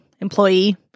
employee